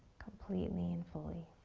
completely and fully.